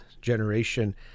generation